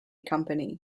company